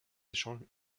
échanges